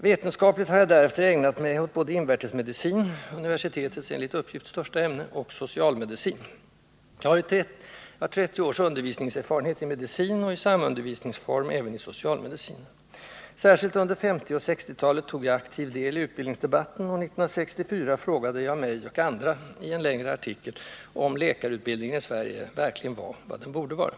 Vetenskapligt har jag därefter ägnat mig åt både invärtesmedicin — universitetets enligt uppgift största ämne — och socialmedicin. Jag har 30 års undervisningserfarenhet i medicin och — i samundervisningsform — även i socialmedicin. Särskilt under 1950 och 1960-talen tog jag aktiv del i utbildningsdebatten, och 1964 frågade jag mig — och andra — i en längre artikel om läkarutbildningen i Sverige verkligen var vad den borde vara.